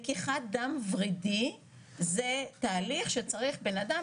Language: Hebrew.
לקיחת דם ורידי זה תהליך שצריך בן אדם